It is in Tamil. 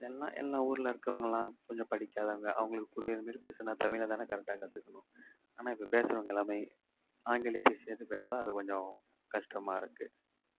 அதெல்லாம் எல்லா ஊரில் இருக்கறவங்கலாம் கொஞ்சம் படிக்காதவங்க அவங்களுக்கு புரியற மாதிரி பேசினா தமிழைதான கரெக்டா கற்றுக்கணும் ஆனால் இப்போ பேசறவங்க எல்லாமே ஆங்கிலத்தையும் சேர்த்து பேசலாம் அது கொஞ்சம் கஷ்டமாக இருக்குது